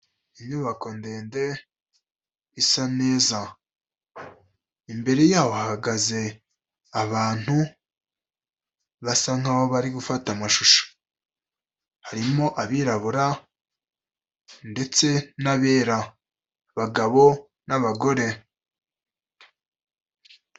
Inyubako ndende, isa neza, imbere yaho hahagaze abantu basa nk'aho bari gufata amashusho, harimo abirabura ndetse n'abera, abagabo n'abagore.